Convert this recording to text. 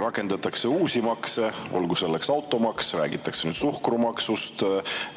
rakendatakse uusi makse, olgu selleks automaks, räägitakse suhkrumaksust,